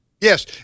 Yes